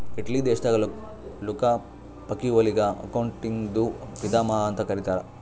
Italy ದೇಶದಾಗ್ Luca ಪಕಿಒಲಿಗ ಅಕೌಂಟಿಂಗ್ದು ಪಿತಾಮಹಾ ಅಂತ್ ಕರಿತ್ತಾರ್